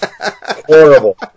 Horrible